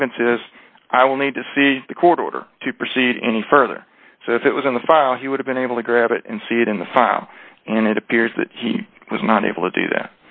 grievances i will need to see the court order to proceed any further so if it was in the file he would have been able to grab it and see it in the file and it appears that he was not able to do that